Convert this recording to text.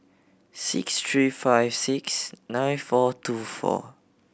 six three five six nine four two four